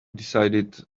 decided